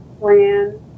plan